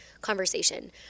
conversation